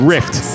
Rift